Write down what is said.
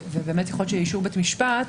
בית המשפט,